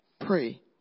pray